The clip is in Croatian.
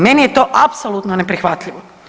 Meni je to apsolutno neprihvatljivo.